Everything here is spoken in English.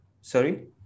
sorry